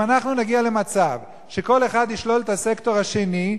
אם אנחנו נגיע למצב שכל אחד ישלול את הסקטור השני,